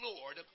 Lord